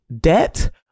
debt